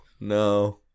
No